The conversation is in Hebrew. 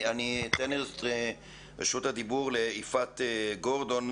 רשות הדיבור ליפעת גורדון,